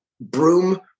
broom